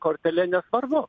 kortele nesvarbu